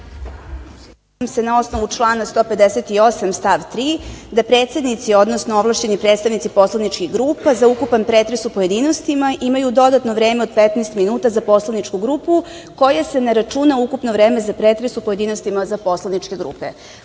Na osnovu člana 158. stav 3. da predsednici, odnosno ovlašćeni predstavnici poslaničkih grupa za ukupan pretres u pojedinostima imaju dodatno vreme od 15 minuta za poslaničku grupu, koje se ne računa u ukupno vreme za pretres o pojedinostima za poslaničke